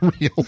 real